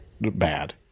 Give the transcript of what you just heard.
bad